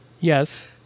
Yes